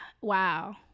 wow